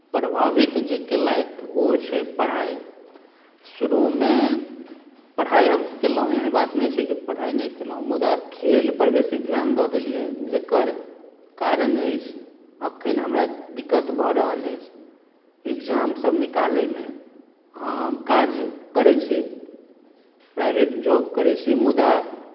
प्रभावित जे केलथि ओ छै पढ़ाइ शुरूमे पढ़ाइ हम केलहुँ एहन बात नहि छै कि पढ़ाइ नहि केलहुँ मुदा खेलपर बेसी ध्यान दऽ देलियै जकर कारण अछि एखन हमरा दिक्क्त भऽ रहल अछि एग्जामसभ निकालयमे हम काज करैत छी प्राइवेट जॉब करैत छी मुदा